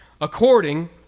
according